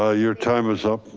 ah your time is up,